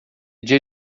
dia